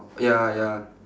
ya ya